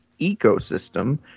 ecosystem